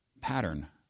pattern